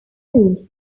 removed